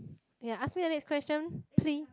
ya ask me the next question please